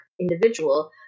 individual